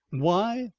why?